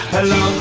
Hello